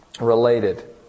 related